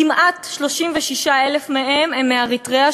כמעט 36,000 מהם הם מאריתריאה,